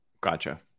Gotcha